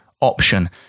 option